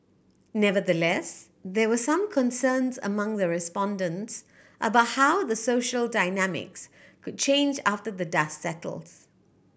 nevertheless there were some concerns among the respondents about how the social dynamics could change after the dust settles